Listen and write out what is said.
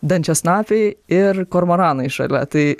dančiasnapiai ir kormoranai šalia tai